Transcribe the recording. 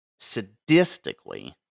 sadistically